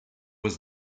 was